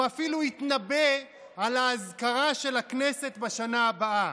הוא אפילו התנבא על האזכרה של הכנסת בשנה הבאה.